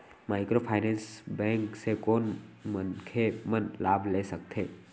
Microfinance bank से कोन मनखे मन लाभ ले सकथे?